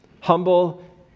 humble